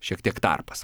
šiek tiek tarpas